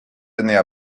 années